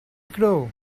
grow